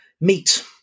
meet